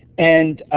and